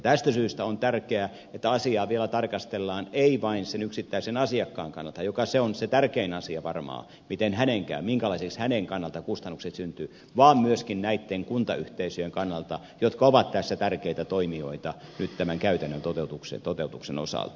tästä syystä on tärkeää että asiaa vielä tarkastellaan ei vain sen yksittäisen asiakkaan kannalta mikä on se tärkein asia varmaan se miten hänen käy minkälaiseksi hänen kannaltaan kustannukset syntyvät vaan myöskin näitten kuntayhteisöjen kannalta jotka ovat tässä tärkeitä toimijoita nyt tämän käytännön toteutuksen osalta